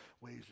ways